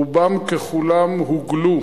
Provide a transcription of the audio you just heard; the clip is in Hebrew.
רובם ככולם הוגלו